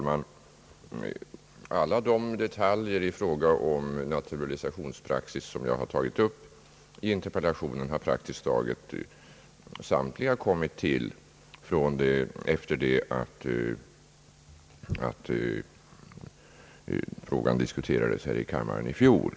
Herr talman! I fråga om naturalisationspraxis har praktiskt taget alla de detaljer som jag har tagit upp i interpellationssvaret kommit till efter det att frågan diskuterades här i kammaren i fjol.